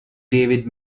david